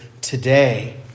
today